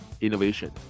innovation